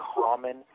common